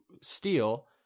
steal